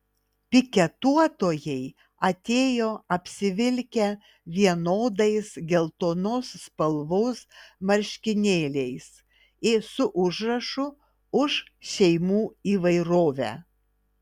piketuotojai atėjo apsivilkę vienodais geltonos spalvos marškinėliais su užrašu už šeimų įvairovę